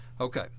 Okay